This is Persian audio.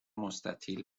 مستطیل